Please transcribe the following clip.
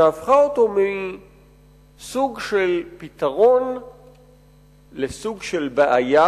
שהפכה אותו מסוג של פתרון לסוג של בעיה,